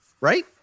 right